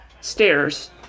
stairs